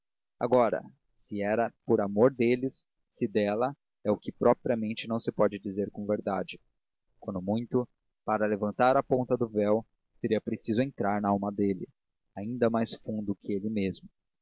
agora se era por amor deles se dela é o que propriamente se não pode dizer com verdade quando muito para levantar a ponta do véu seria preciso entrar na alma dele ainda mais fundo que ele mesmo